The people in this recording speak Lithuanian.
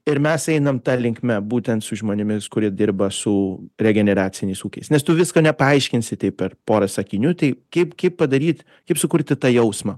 ir mes einam ta linkme būtent su žmonėmis kurie dirba su regeneraciniais ūkiais nes tu visko nepaaiškinsi taip per porą sakinių tai kaip kaip padaryt kaip sukurti tą jausmą